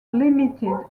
limited